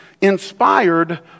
inspired